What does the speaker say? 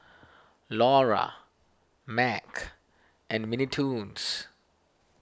Iora Mac and Mini Toons